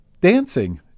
dancing